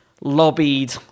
lobbied